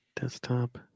desktop